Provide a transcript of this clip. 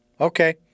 okay